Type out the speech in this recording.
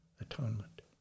atonement